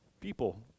People